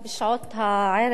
בשעות הערב,